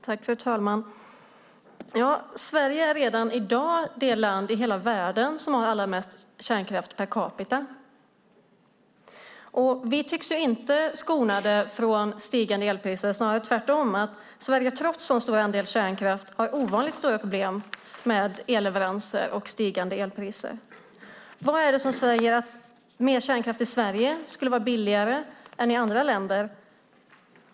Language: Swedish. Fru talman! Sverige är redan i dag det land i hela världen som har allra mest kärnkraft per capita. Vi tycks inte vara skonade från stigande elpriser, snarare är det tvärtom. Sverige har trots en stor andel kärnkraft ovanligt stora problem med elleveranser och stigande elpriser. Vad är det som säger att mer kärnkraft i Sverige skulle vara billigare än i andra länder?